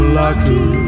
lucky